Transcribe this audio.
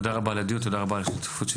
תודה רבה על הדיון ותודה לכם על ההשתתפות.